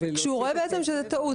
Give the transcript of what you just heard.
--- כשהוא רואה שזאת טעות.